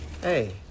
Hey